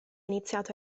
iniziato